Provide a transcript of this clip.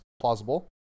plausible